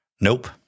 Nope